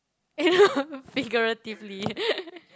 you know figuratively